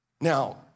Now